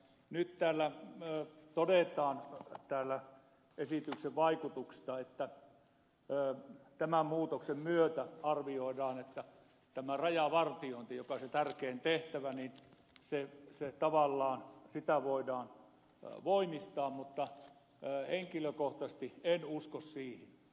nyt täällä esityksen vaikutuksista todetaan että arvioidaan että tämän muutoksen myötä tätä rajavartiointia joka on se tärkein tehtävä tavallaan voidaan voimistaa mutta henkilökohtaisesti en usko siihen